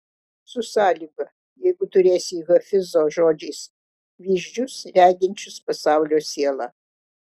su sąlyga jeigu turėsi hafizo žodžiais vyzdžius reginčius pasaulio sielą